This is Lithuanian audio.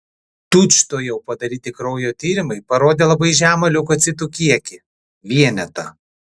tučtuojau padaryti kraujo tyrimai parodė labai žemą leukocitų kiekį vienetą